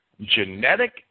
Genetic